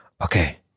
okay